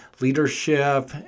leadership